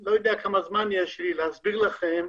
לא יודע כמה זמן יש לי להסביר לכם,